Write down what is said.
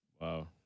wow